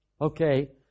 Okay